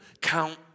Count